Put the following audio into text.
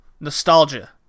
Nostalgia